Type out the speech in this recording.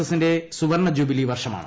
എസിന്റെ സുവർണ ജൂബിലി വർഷമാണ്